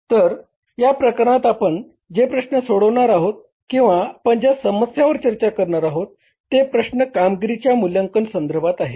तर या प्रकरणात आपण जे प्रश्न सोडवणार आहोत किंवा आपण ज्या समस्यांवर चर्चा करणार आहोत ते प्रश्न कामगिरीच्या मूल्यांकन संधर्भात आहे